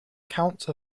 count